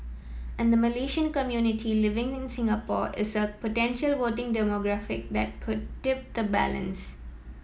and Malaysian community living in Singapore is a potential voting demographic that could tip the balance